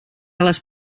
les